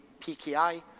PKI